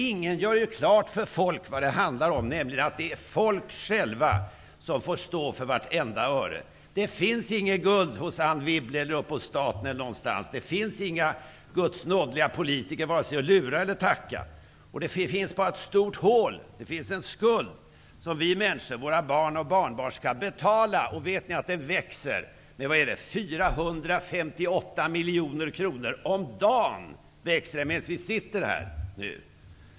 Ingen gör klart för folk vad det handlar om, nämligen att det är folket självt som får stå för vartenda öre. Det finns inget guld hos Anne Wibble, staten eller någon annanstans. Det finns inga gudsnådeliga politiker att vare sig lura eller tacka. Det finns bara ett stort hål. Det finns en skuld som vi, våra barn och barnbarn skall betala. Den växer med 458 miljoner kronor om dagen. Den växer medan vi sitter här.